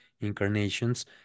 incarnations